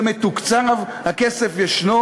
זה מתוקצב, הכסף ישנו.